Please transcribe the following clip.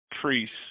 priest